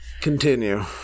Continue